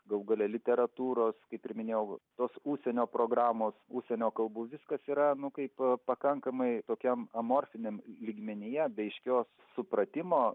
galų gale literatūros kaip ir minėjau tos užsienio programos užsienio kalbų viskas yra nu kaip pakankamai tokiam amorfiniam lygmenyje be aiškios supratimo